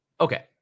okay